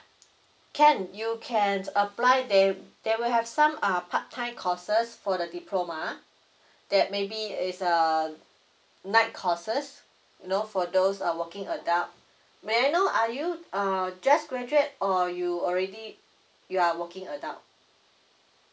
can you can apply they they will have some uh part time courses for the diploma that maybe is err night courses you know for those uh working adult may I know are you err just graduate or you already you are working adult